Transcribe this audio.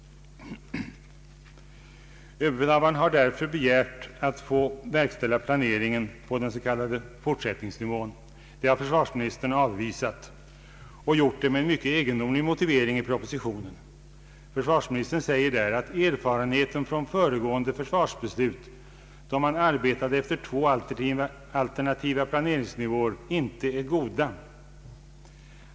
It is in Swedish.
Överbefälhavaren har därför begärt att få verkställa planeringen på den s.k. fortsättningsnivån. Det har försvarsministern avvisat med en mycket egendomlig motivering i propositionen. Försvarsministern säger där, att erfarenheterna från föregående försvarsbeslut, då man arbetade efter två alternativa planeringsnivåer, inte är goda.